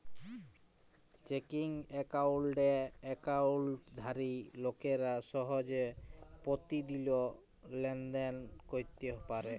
checking একাউল্টে একাউল্টধারি লোকেরা সহজে পতিদিল লেলদেল ক্যইরতে পারে